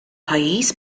pajjiż